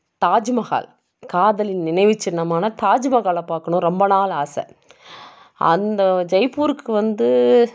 தாஜ்மஹால் காதலின் நினைவு சின்னமான தாஜ்மகாலை பார்க்கணும் ரொம்ப நாள் ஆசை அந்த ஜெய்ப்பூருக்கு வந்து